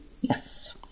Yes